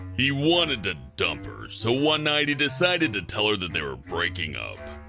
he wanted to dump her, so one night he decided to tell her that they were breaking up.